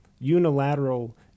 unilateral